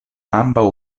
ambaŭ